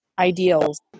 ideals